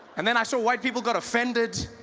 and then i saw white people got offended